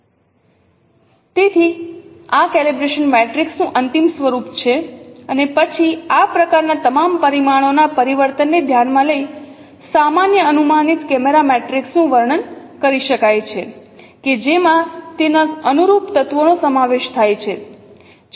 3401 સમયેસ્લાઇડ ચકાસો તેથી આ કેલિબ્રેશન મેટ્રિક્સ નું અંતિમ સ્વરૂપ છે અને પછી આ પ્રકારનાં તમામ પરિમાણો નાં પરિવર્તનને ધ્યાનમાં લઈ સામાન્ય અનુમાનિત કેમેરા મેટ્રિક્સ નું વર્ણન કરી શકાય છે કે જેમાં તેનાં અનુરૂપ તત્વોનો સમાવેશ થાય છે